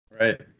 Right